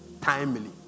timely